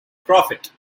profit